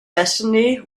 destiny